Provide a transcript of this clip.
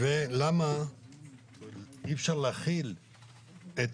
למה אי אפשר להחיל את